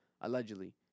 allegedly